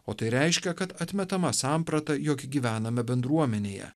o tai reiškia kad atmetama samprata jog gyvename bendruomenėje